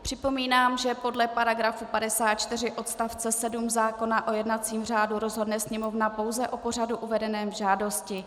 Připomínám, že podle § 54 odst. 7 zákona o jednacím řádu rozhodne Sněmovna pouze o pořadu uvedeném v žádosti.